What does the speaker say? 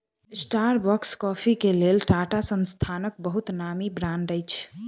Starbucks coffee के लेल टाटा संस्थानक बहुत नामी ब्रांड अछि